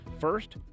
First